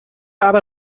aber